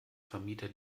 vermieter